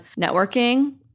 networking